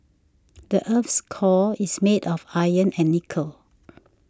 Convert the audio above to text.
the earth's core is made of iron and nickel